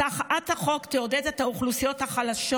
הצעת החוק תעודד את האוכלוסיות החלשות